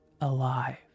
alive